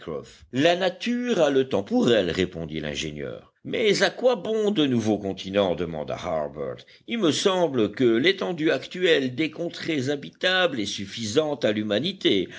la nature a le temps pour elle répondit l'ingénieur mais à quoi bon de nouveaux continents demanda harbert il me semble que l'étendue actuelle des contrées habitables est suffisante à l'humanité